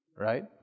Right